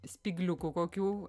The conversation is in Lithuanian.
spygliukų kokių